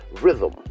rhythm